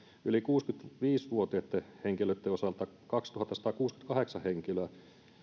yli kuusikymmentäviisi vuotiaitten henkilöitten osalta kaksituhattasatakuusikymmentäkahdeksan henkilöä